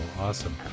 Awesome